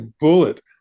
Bullet